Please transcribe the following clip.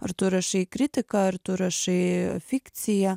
ar tu rašai kritiką ar tu rašai fikciją